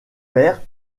père